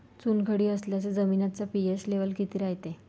चुनखडी असलेल्या जमिनीचा पी.एच लेव्हल किती रायते?